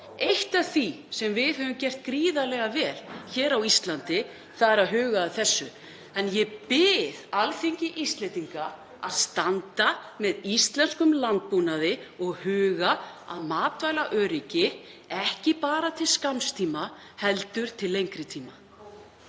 Eitt af því sem við höfum gert gríðarlega vel hér á Íslandi er að huga að því. Ég bið Alþingi Íslendinga að standa með íslenskum landbúnaði og huga að matvælaöryggi, ekki bara til skamms tíma heldur til lengri tíma.